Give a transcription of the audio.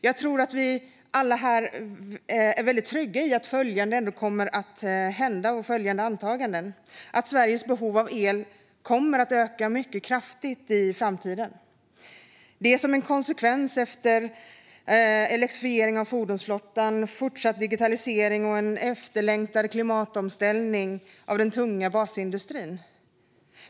Jag tror att vi alla är väldigt säkra på antagandet att Sveriges behov av el kommer att öka mycket kraftigt i framtiden. Det är en konsekvens av elektrifiering av fordonsflottan, fortsatt digitalisering och en efterlängtad klimatomställning av den tunga basindustrin.